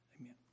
Amen